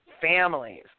families